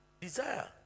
Desire